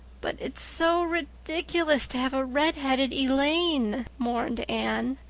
but it's so ridiculous to have a redheaded elaine, mourned anne.